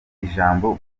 ijambo